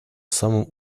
самым